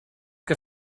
que